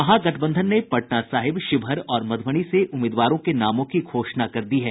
महागठबंधन ने पटना साहिब शिवहर और मधुबनी से उम्मीदवारों के नामों की घोषणा कर दी है